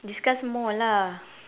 discuss more lah